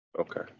Okay